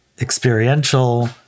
experiential